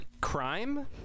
crime